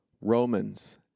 Romans